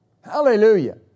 Hallelujah